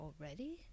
Already